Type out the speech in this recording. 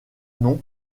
nom